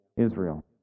Israel